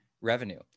revenue